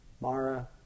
Mara